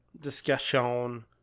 discussion